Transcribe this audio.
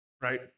Right